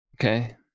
okay